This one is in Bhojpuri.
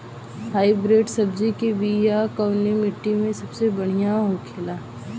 हाइब्रिड सब्जी के बिया कवने मिट्टी में सबसे बढ़ियां होखे ला?